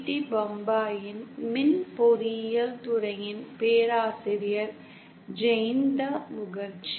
D பம்பாயின் மின் பொறியியல் துறையின் பேராசிரியர் ஜெயந்த முகர்ஜி